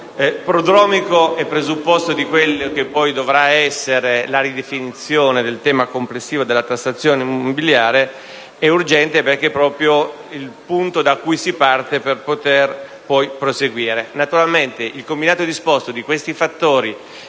e urgente: prodromico, perché presupposto di quella che poi dovrà essere la ridefinizione del tema complessivo della tassazione immobiliare; urgente, perché è proprio il punto da cui si parte per poter poi proseguire.